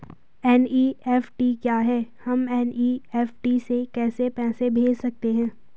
NEFT क्या है हम एन.ई.एफ.टी से कैसे पैसे भेज सकते हैं?